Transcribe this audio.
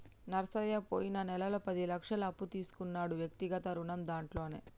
నరసయ్య పోయిన నెలలో పది లక్షల అప్పు తీసుకున్నాడు వ్యక్తిగత రుణం దాంట్లోనే